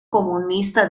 comunista